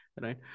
right